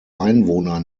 einwohner